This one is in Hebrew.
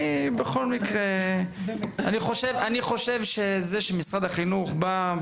אני חושב שמשרד החינוך בא.